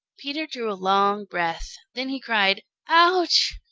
peter drew a long breath. then he cried ouch!